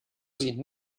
sie